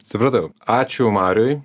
supratau ačiū mariui